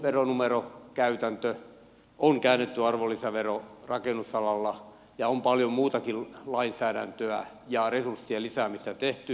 on veronumerokäytäntö on käännetty arvonlisävero rakennusalalla ja on paljon muutakin lainsäädäntöä ja resurssien lisäämistä tehty